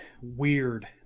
weird